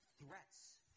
threats